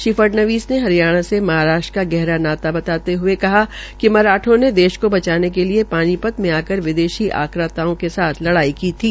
श्री फड़णवीस ने हरियाणा से महाराष्ट्र का गहरा नाता बताते हये कहा कि मराठों ने देश को बचाने के लिये पानीपत में आकर विदेशी आक्राताओं के बीच पांच लड़ाई लड़ी थी